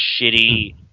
shitty